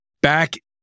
back